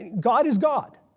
god is god.